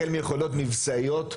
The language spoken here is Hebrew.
החל מיכולות מבצעיות,